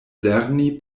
lerni